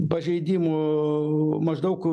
pažeidimų maždaug